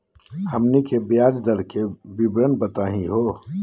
हमनी के ब्याज दर के विवरण बताही हो?